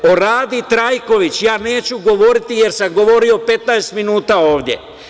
O Radi Trajković ja neću govoriti jer sam govorio 15 minuta ovde.